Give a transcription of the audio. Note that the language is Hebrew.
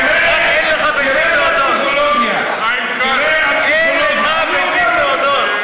אין לך ביצים להודות, אין לך ביצים להודות.